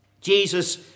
Jesus